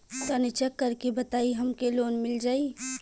तनि चेक कर के बताई हम के लोन मिल जाई?